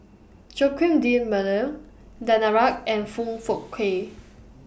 Joaquim D'almeida Danaraj and Foong Fook Kay